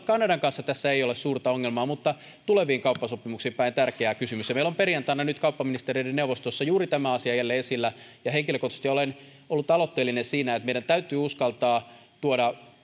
kanadan kanssa tässä ei ole suurta ongelmaa mutta tuleviin kauppasopimuksiin päin tämä on tärkeä kysymys meillä on perjantaina kauppaministereiden neuvostossa juuri tämä asia jälleen esillä ja henkilökohtaisesti olen ollut aloitteellinen siinä että meidän täytyy uskaltaa tuoda